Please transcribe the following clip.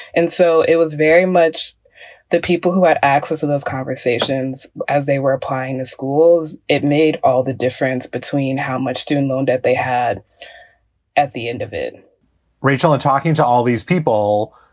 and so it was very much the people who had access to those conversations as they were applying to ah schools. it made all the difference between how much student loan debt they had at the end of it rachel. and talking to all these people.